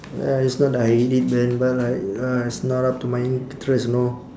uh it's not that I hate it man but like uh it's not up to my interest know